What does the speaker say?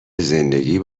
زندگی